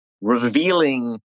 revealing